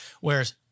Whereas